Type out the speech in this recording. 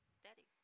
steady